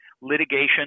litigation